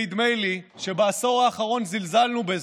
נדמה לי שבעשור האחרון זלזלנו בזה,